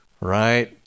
right